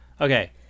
Okay